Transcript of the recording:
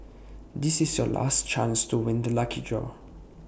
this is your last chance to win the lucky draw